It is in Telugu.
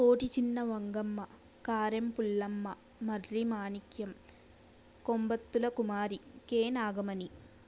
కోటి చిన్న వంగమ్మ కారెం పుల్లమ్మ మర్రి మాణిక్యం కొంబత్తుల కుమారి కే నాగమణి